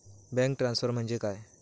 Bank transfer म्हणजे काय?